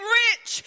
rich